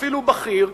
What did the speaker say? אפילו בכיר,